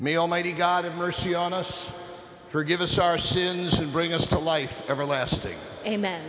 may almighty god have mercy on us forgive us our sins and bring us to life everlasting amen